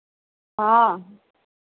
हाँ